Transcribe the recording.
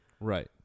Right